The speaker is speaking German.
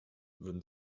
würden